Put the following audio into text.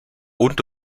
und